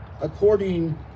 according